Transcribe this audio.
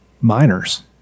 Miners